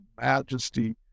majesty